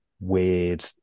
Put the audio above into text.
weird